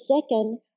second